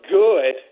good